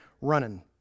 running